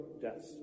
deaths